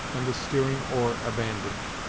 and the steering oar abandoned.